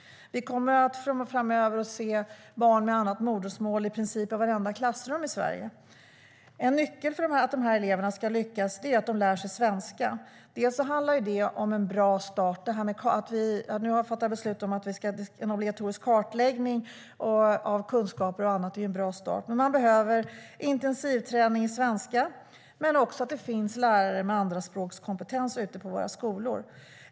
Vi kommer framöver att se barn med annat modersmål i princip i vartenda klassrum i Sverige. En nyckel för att dessa elever ska lyckas är att de lär sig svenska. Det handlar om en bra start. Man har nu fattat beslut om en obligatorisk kartläggning av kunskaper och annat, och det är en bra start. De behöver intensivträning i svenska, men det behöver också finnas lärare med andraspråkskompetens ute på våra skolor.